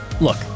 Look